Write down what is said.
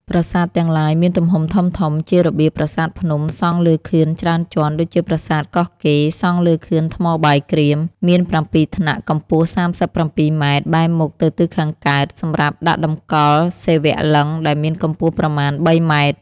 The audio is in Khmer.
ប្រាសាទទាំងឡាយមានទំហំធំៗ ជារបៀបប្រសាទភ្នំ សង់លើខឿនច្រើនជាន់ដូចជាប្រាសាទកោះកេរ សង់លើខឿនថ្មបាយក្រៀម មាន៧ថ្នាក់ កម្ពស់ ៣៧ ម៉ែត្រ បែរមុខទៅទិសខាងកើត សម្រាប់ដាក់តម្កល់សិវលិង្គដែលមានកម្ពស់ប្រមាណ ៣ ម៉ែត្រ ។